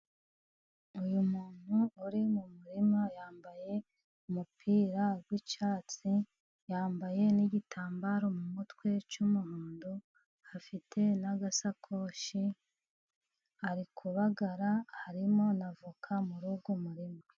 Uyu muntu uri mu murima yambaye umupira w'icyatsi yambaye n'igitambaro mumutwe cy'umuhondo. Afite n'agasakoshi, ari kubagara. Harimo na avoka muri uwo umurima.